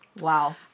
Wow